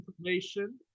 information